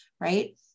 right